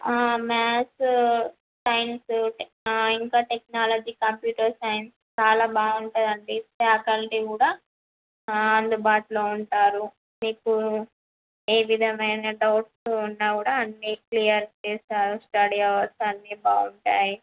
maths science ఇంకా technology computer science చాలా బాగుంటుందండి ఫ్యాకల్టీ కూడా అందుబాటులో ఉంటారు మీకు ఏవిధమైనా డౌట్స్ ఉన్నా కూడా మీకు క్లియర్ చేస్తారు స్టడీ అవర్స్ అన్ని బాగుంటాయి